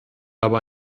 aber